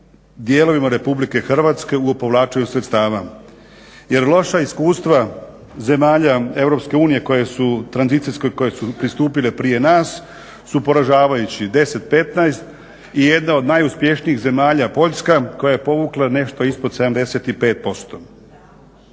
dijelovima RH u povlačenju sredstava. Jer loša iskustva zemalja EU koje su pristupile prije nas su poražavajući, 10, 15 i jedna od najuspješnijih zemalja Poljska koja je povukla nešto ispod 75%.